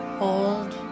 hold